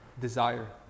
desire